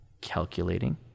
calculating